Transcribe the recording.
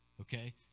okay